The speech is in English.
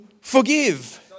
forgive